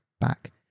back